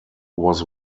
was